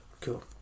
Cool